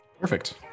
Perfect